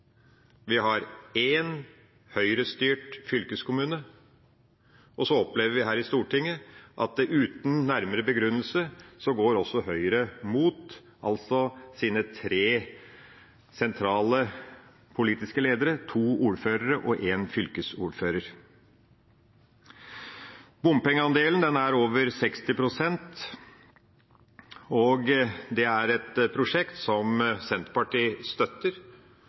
vi har én Høyre-styrt fylkeskommune, og så opplever vi her i Stortinget at uten nærmere begrunnelse går også Høyre imot sine tre sentrale politiske ledere: to ordførere og én fylkesordfører. Bompengeandelen er på over 60 pst., og det er et prosjekt som Senterpartiet støtter,